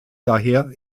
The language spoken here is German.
daher